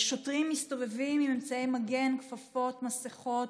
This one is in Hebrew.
שוטרים מסתובבים עם אמצעי מגן, כפפות, מסכות,